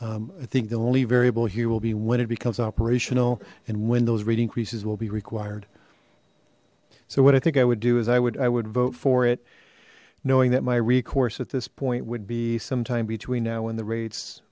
i think the only variable here will be when it becomes operational and when those rate increases will be required so what i think i would do is i would i would vote for it knowing that my recourse at this point would be some time between now and the rates